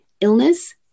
illness